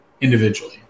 individually